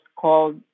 called